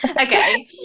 Okay